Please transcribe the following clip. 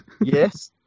Yes